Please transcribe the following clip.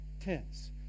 tense